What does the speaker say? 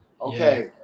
Okay